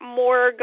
more